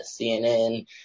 cnn